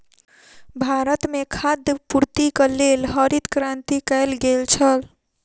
भारत में खाद्य पूर्तिक लेल हरित क्रांति कयल गेल छल